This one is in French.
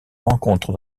rencontre